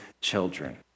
children